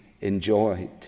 enjoyed